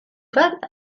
bat